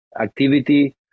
activity